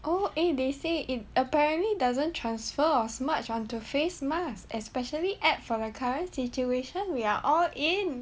oh eh they say it apparently doesn't transfer or smudge onto face mask especially at from the current situation we are all in